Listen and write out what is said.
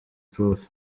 prof